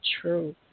true